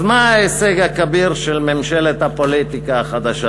אז מה ההישג הכביר של ממשלת הפוליטיקה החדשה?